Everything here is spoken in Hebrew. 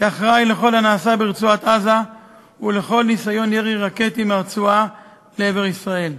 אחראי לכל הנעשה ברצועת-עזה ולכל ניסיון ירי רקטי מהרצועה לעבר ישראל.